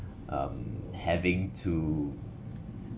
um having to